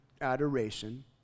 adoration